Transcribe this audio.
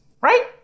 right